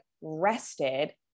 rested